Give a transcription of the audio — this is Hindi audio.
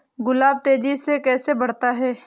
गुलाब तेजी से कैसे बढ़ता है?